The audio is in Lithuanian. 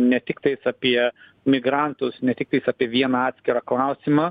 ne tiktais apie migrantus ne tiktais apie vieną atskirą klausimą